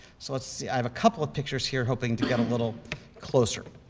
so let's see, i have a couple of pictures here hoping to get a little closer.